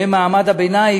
שהן מעמד הביניים,